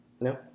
No